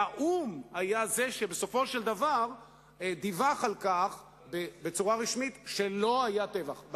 והאו"ם הוא שבסופו של דבר דיווח בצורה רשמית שלא היה טבח.